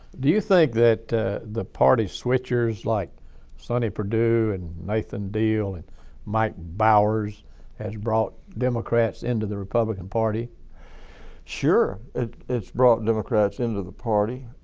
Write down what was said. do you think that the party switchers like sonny perdue and nathan deal and mike bowers has brought democrats into the republican party? johnson sure it's brought democrats into the party.